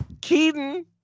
Keaton